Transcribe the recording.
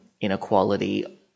inequality